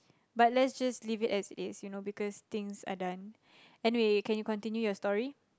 but let's just leave it as it is you know because things are done anyways can you continue your story